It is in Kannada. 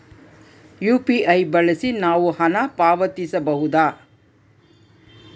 ಯು.ಪಿ.ಐ ಬಳಸಿ ನಾವು ಹಣ ಪಾವತಿಸಬಹುದಾ?